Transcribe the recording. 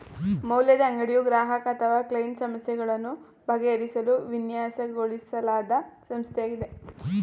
ಮೌಲ್ಯದ ಅಂಗಡಿಯು ಗ್ರಾಹಕ ಅಥವಾ ಕ್ಲೈಂಟ್ ಸಮಸ್ಯೆಗಳನ್ನು ಬಗೆಹರಿಸಲು ವಿನ್ಯಾಸಗೊಳಿಸಲಾದ ಸಂಸ್ಥೆಯಾಗಿದೆ